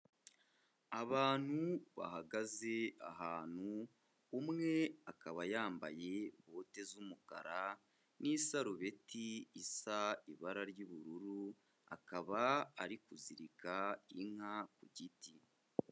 Abantu bahagaze ahantu, umwe akaba yambaye bote z'umukara n'isarubeti isa ibara ry'ubururu, akaba ari kuzirika inka ku giti.